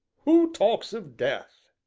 who talks of death?